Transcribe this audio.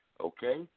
okay